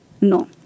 no